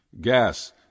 gas